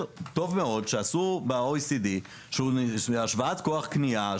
טוב מאוד שעשו ב-OECD של השוואת כוח קניה,